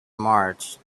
march